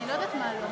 לא מקובל.